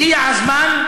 הגיע הזמן,